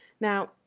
Now